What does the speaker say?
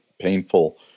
painful